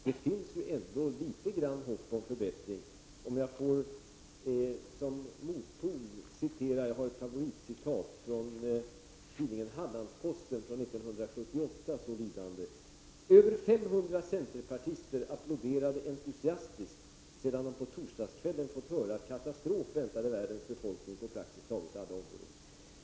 Det finns ändå litet hopp om förbättring. Som motpol vill jag ta mitt favoritcitat från tidningen Hallandsposten år 1978: ''Över 500 centerpartister applåderade entusiastiskt sedan de på torsdagskvällen fått höra att katastrof väntade världens befolkning på praktiskt taget alla områden.''